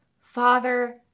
father